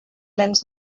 plens